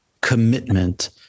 commitment